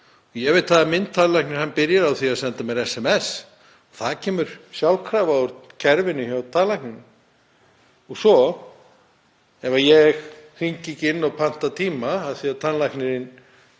Ég veit að tannlæknirinn minn byrjar á því að senda mér SMS. Það kemur sjálfkrafa úr kerfinu hjá tannlækninum. Svo ef ég hringi ekki inn og panta tíma af því að tannlæknirinn